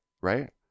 Right